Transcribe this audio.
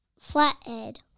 flathead